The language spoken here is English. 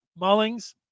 Mullings